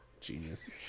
Genius